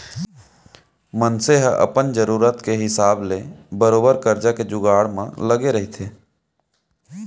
मनसे ह अपन जरुरत के हिसाब ले बरोबर करजा के जुगाड़ म लगे रहिथे